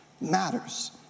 matters